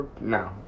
No